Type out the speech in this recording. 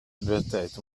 advertised